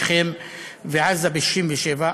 שכם ועזה ב-67',